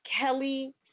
Kelly